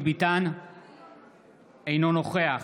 אינו נוכח